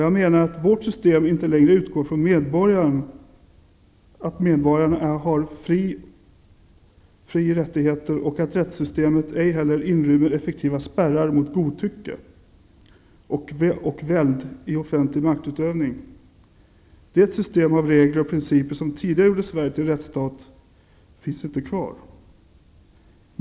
Jag menar att vårt system inte längre utgår från att medborgaren är fri och har rättigheter och att rättssystemet ej heller inrymmer effektiva spärrar mot godtycke och väld i offentlig maktutövning. Det system av regler och principer som tidigare gjorde Sverige till en rättsstat finns inte kvar.